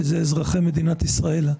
שזה אזרחי מדינת ישראל,